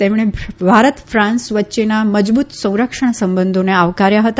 તેમણે ભારત ફાન્સ વચ્ચેના મજબૂત સંરક્ષણ સંબંધોને આવકાર્યા હતા